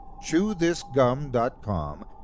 ChewThisGum.com